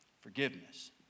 Forgiveness